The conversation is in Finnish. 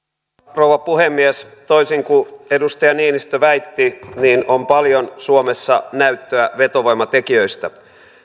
rouva puhemies toisin kuin edustaja niinistö väitti niin on paljon suomessa näyttöä vetovoimatekijöistä